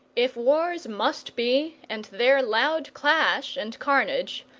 if wars must be, and their loud clash and carnage,